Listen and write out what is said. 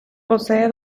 posee